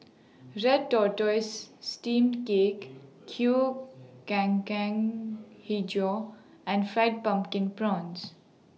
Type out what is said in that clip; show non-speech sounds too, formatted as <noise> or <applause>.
Red Tortoise Steamed Cake Kueh <unintelligible> Hijau and Fried Pumpkin Prawns